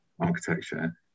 architecture